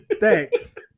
thanks